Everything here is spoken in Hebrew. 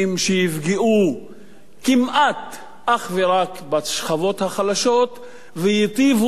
שיפגעו כמעט אך ורק בשכבות החלשות וייטיבו,